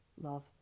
love